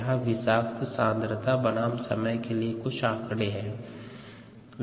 यहाँ विषाक्त सांद्रता बनाम समय के लिए कुछ आंकड़े है